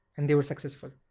and they were successful.